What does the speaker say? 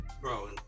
bro